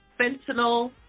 fentanyl